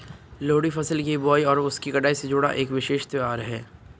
लोहड़ी फसल की बुआई और उसकी कटाई से जुड़ा एक विशेष त्यौहार है